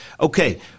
okay